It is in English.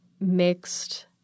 mixed